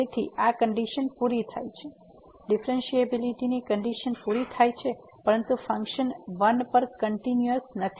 તેથી આ કંડીશન પૂરી થાય છે ડિફ્રેન્સિએબીલીટી ની કંડીશન પૂરી થાય છે પરંતુ ફંક્શન 1 પર કંટીન્યુયસ નથી